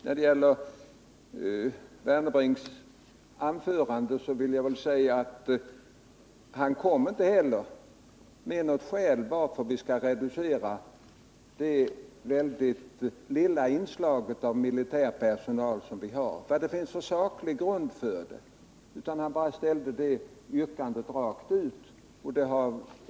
När det gäller Kalevi Wernebrinks anförande vill jag säga att inte heller han kom med något skäl till att vi skall reducera det lilla inslag av militär personal som vi har i försvarets fastighetsnämnd. Vad finns det för saklig grund för detta? Han ställde bara det yrkandet rakt ut.